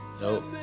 Nope